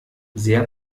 sehr